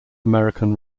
american